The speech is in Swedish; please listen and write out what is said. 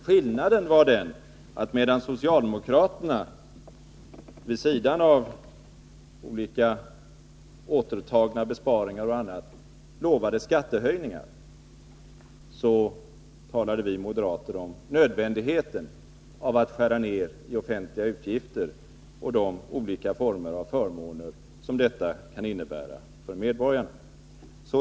Skillnaden var den att medan socialdemokraterna — vid sidan av olika återtagna besparingar och andra utgiftsökningar — lovade skattehöjningar, talade vi moderater om nödvändigheten av att skära ner i offentliga utgifter och de olika former av förmåner som sådana kan innebära för medborgarna.